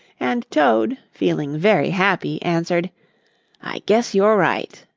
and toad, feeling very happy, answered i guess you're right.